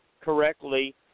correctly